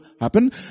happen